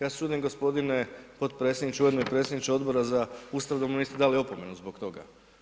Ja se čudim gospodine potpredsjedniče, ujedno i predsjedniče Odbora za Ustav da mu niste dali opomenu zbog toga.